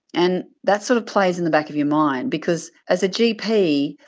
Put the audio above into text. and that sort of plays in the back of your mind. because as a gp,